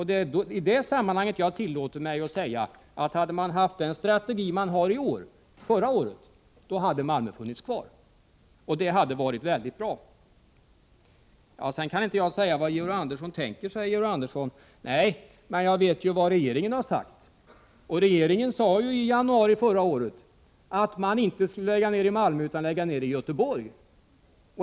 Det är därför jag tillåter mig att säga, att om regeringen förra året haft samma strategi som i år, då hade Malmöenheten funnits kvar, och det hade varit väldigt bra. Georg Andersson sade att jag inte kan veta vad han tänker. Nej, men jag vet vad regeringen har sagt. Och regeringen sade i januari förra året att man inte skulle lägga ner utbildningen i Malmö, utan utbildningen i Göteborg.